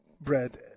bread